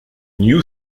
new